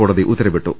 കോടതി ഉത്തരവിട്ടു